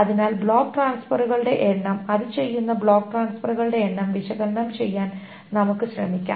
അതിനാൽ ബ്ലോക്ക് ട്രാൻസ്ഫെറുകളുടെ എണ്ണം അത് ചെയ്യുന്ന ബ്ലോക്ക് ട്രാൻസ്ഫെറുകളുടെ എണ്ണം വിശകലനം ചെയ്യാൻ നമുക്ക് ശ്രമിക്കാം